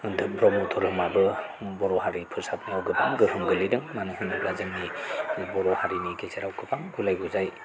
होनदों ब्रह्म धोरोमाबो बर' हारि फोसाबनायाव गोबां गोहोम गोलैदों मानो होनोब्ला जोंनि बर' हारिनि गेजेराव गोबां गुलायगुजाय